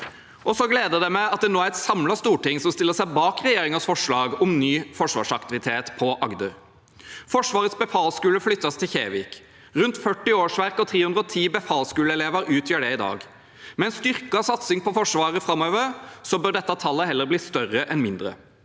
Det gleder meg at det nå er et samlet storting som stiller seg bak regjeringens forslag om ny forsvarsaktivitet på Agder. Forsvarets befalsskole flyttes til Kjevik. Rundt 40 årsverk og 310 befalsskoleelever utgjør det i dag. Med en styrket satsing på Forsvaret framover bør dette tallet heller bli større enn mindre.